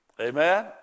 Amen